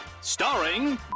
starring